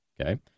Okay